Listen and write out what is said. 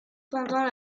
pendant